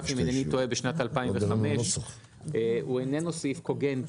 נוסף אם אינני טועה בשנת 2005. הוא איננו סעיף קוגנטי.